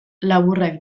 laburrak